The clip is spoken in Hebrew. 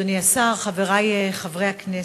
אדוני היושב-ראש, אדוני השר, חברי חברי הכנסת,